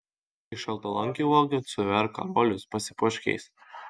iš šaltalankio uogų suverk karolius pasipuošk jais